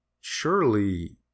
Surely